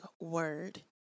word